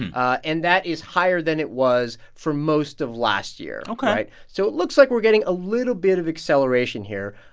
and that is higher than it was for most of last year, right? ok so it looks like we're getting a little bit of acceleration here.